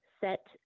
set